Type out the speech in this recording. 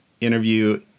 interview